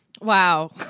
Wow